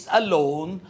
alone